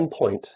endpoint